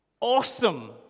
awesome